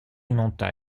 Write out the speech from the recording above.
monta